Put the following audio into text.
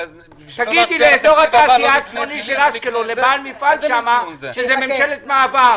תגידי לבעל מפעל באזור התעשייה הצפוני של אשקלון שזו ממשלת מעבר.